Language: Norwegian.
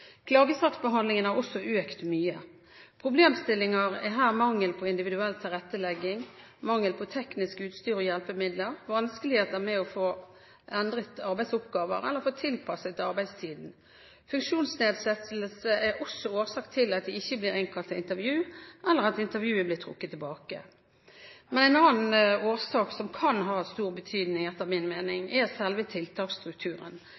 har også økt mye. Problemstillinger er her mangel på individuell tilrettelegging, mangel på teknisk utstyr og hjelpemidler, vanskeligheter med å få endret arbeidsoppgaver eller å få tilpasset arbeidstiden. Funksjonsnedsettelse er også årsak til at de ikke blir innkalt til intervju, eller til at intervjuet blir trukket tilbake. Men en annen årsak som kan ha stor betydning, etter min